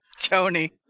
Tony